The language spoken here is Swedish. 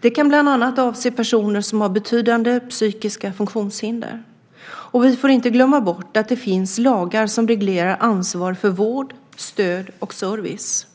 Det kan bland annat avse personer som har betydande psykiska funktionshinder. Vi får inte glömma bort att det finns lagar som reglerar ansvar för vård, stöd och service.